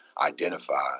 identify